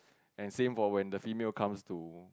and same for the female comes to